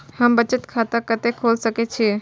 हम बचत खाता कते खोल सके छी?